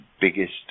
biggest